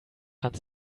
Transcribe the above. fand